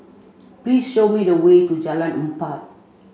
please show me the way to Jalan Empat